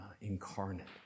incarnate